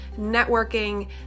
networking